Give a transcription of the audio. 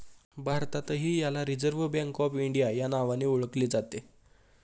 भारतातही याला Reserve Bank of India या नावाने ओळखले जाते